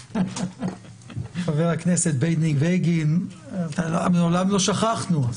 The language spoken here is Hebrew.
חבר הכנסת בני בגין, מעולם לא שכחנו.